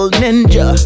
ninja